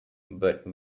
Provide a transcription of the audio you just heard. but